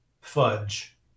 fudge